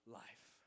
life